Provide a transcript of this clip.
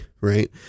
right